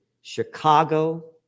Chicago